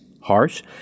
harsh